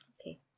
Okay